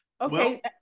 Okay